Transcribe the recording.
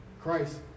Christ